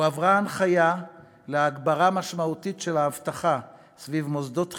הועברה הנחיה להגברה משמעותית של האבטחה סביב מוסדות חינוך,